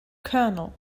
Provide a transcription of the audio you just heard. colonel